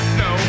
no